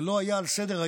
זה לא היה על סדר-היום,